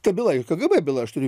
ta byla juk kgb byla aš turiu